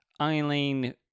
Eileen